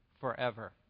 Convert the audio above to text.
forever